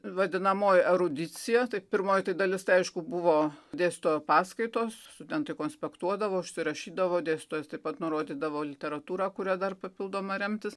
vadinamoji erudicija tai pirmoji tai dalis tai aišku buvo dėstytojo paskaitos studentai konspektuodavo užsirašydavo dėstytojas taip pat nurodydavo literatūrą kuria dar papildoma remtis